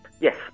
Yes